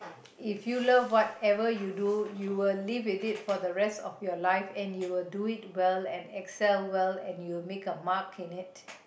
if you love whatever you do you will live with it for the rest of your life and you will do it well and excel well and you'll make a mark in it